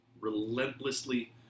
relentlessly